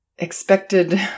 expected